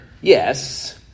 yes